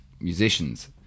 musicians